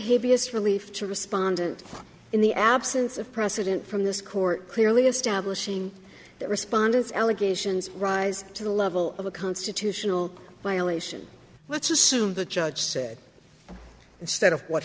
habeas relief to respondent in the absence of precedent from this court clearly establishing that respondents allegations rise to the level of a constitutional violation let's assume the judge said instead of what